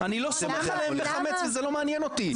אני לא סומך עליהם בחמץ וזה לא מעניין אותי.